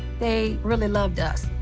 they really loved us.